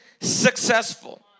successful